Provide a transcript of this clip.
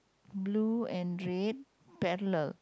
blue and red paddler